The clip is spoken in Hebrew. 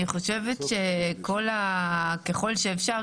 אני חושבת שה-ככל שאפשר,